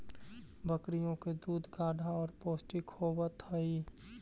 बकरियों के दूध गाढ़ा और पौष्टिक होवत हई